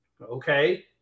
Okay